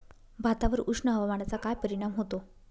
भातावर उष्ण हवामानाचा काय परिणाम होतो?